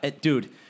Dude